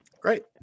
great